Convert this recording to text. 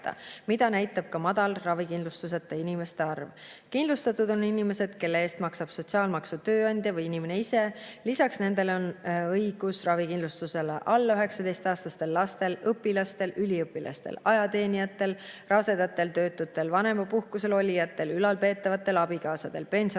mida näitab ka madal ravikindlustuseta inimeste arv. Kindlustatud on inimesed, kelle eest maksab sotsiaalmaksu tööandja või inimene ise. Lisaks nendele on õigus ravikindlustusele alla 19‑aastastel lastel, õpilastel, üliõpilastel, ajateenijatel, rasedatel, töötutel, vanemapuhkusel olijatel, ülalpeetavatel abikaasadel, pensionäridel,